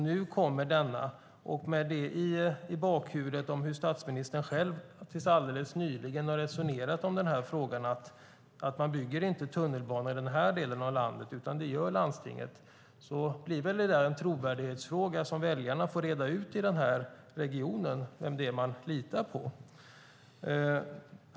Nu kommer den, och om man har i bakhuvudet hur statsministern har resonerat om den här frågan fram tills helt nyligen, nämligen att man inte bygger tunnelbanor i den här delen av landet utan det gör landstinget, blir det en trovärdighetsfråga där väljarna får reda ut vem man litar på i denna region.